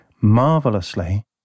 marvelously